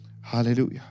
Hallelujah